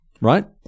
right